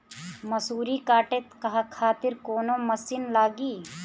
मसूरी काटे खातिर कोवन मसिन लागी?